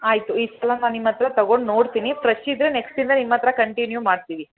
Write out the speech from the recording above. ಆಯಿತು ಇಷ್ಟೊಂದು ನಾನು ನಿಮ್ಮ ಹತ್ರ ತಗೊಂಡು ನೋಡ್ತೀನಿ ಫ್ರೆಶ್ ಇದ್ದರೆ ನೆಕ್ಸ್ಟಿಂದ ನಿಮ್ಮ ಹತ್ರ ಕಂಟಿನ್ಯೂ ಮಾಡ್ತೀವಿ